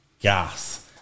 gas